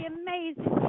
amazing